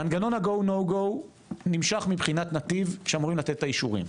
מנגנון ה-GO NO GO נמשך מבחינת נתיב שאמורים לתת את האישורים,